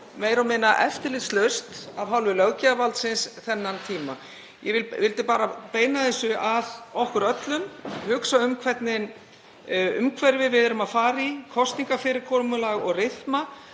og minna eftirlitslaust af hálfu löggjafarvaldsins þann tíma. Ég vildi bara beina því að okkur öllum að hugsa um hvernig umhverfi við erum að fara í, kosningafyrirkomulag og rytma,